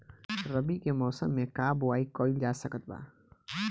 रवि के मौसम में का बोआई कईल जा सकत बा?